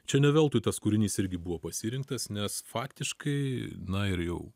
čia ne veltui tas kūrinys irgi buvo pasirinktas nes faktiškai na ir jau